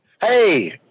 Hey